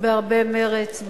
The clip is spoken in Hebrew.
בהרבה מרץ,